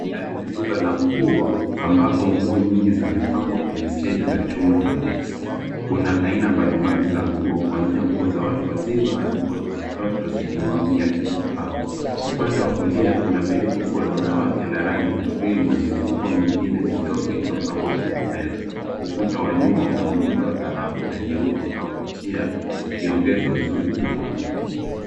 Ndani ya duka la nguo ambapo nguo nyingi zimepangwa kwenye stendi za chuma nyeusi. Kuna aina mbalimbali za nguo kuanzia nguo za watu wazima hadi nguo za watoto zikining'inia kwenye pao. Upande wa kulia kuna begi kubwa la wanawake la rangi ya cream na mifuko mingine midogo iliyopangwa kwenye meza. Ukuta wa nyuma una muundo wa dhahabu na nyeupe unaovutia ukiongeza uzuri kwenye duka.